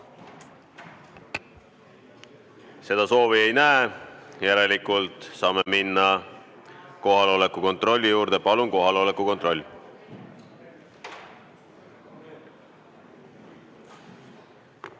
Seda soovi ei näe, järelikult saame minna kohaloleku kontrolli juurde. Palun kohaloleku kontroll!